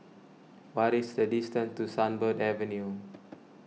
what is the distance to Sunbird Avenue